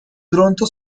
pronto